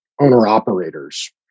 owner-operators